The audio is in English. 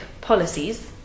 policies